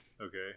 okay